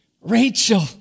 Rachel